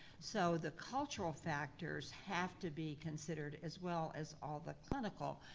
so the cultural factors have to be considered as well as all the clinical.